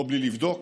לא בלי לבדוק,